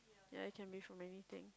ya it can be from anything